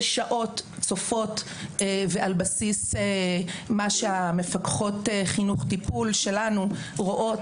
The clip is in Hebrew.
ושעות צופות ועל בסיס מה שהמפקחות חינוך טיפול שלנו רואות.